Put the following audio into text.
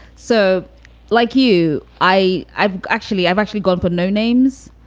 so like you, i, i've actually i've actually got to no names.